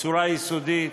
בצורה יסודית,